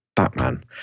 Batman